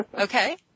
Okay